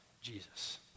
Jesus